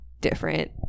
different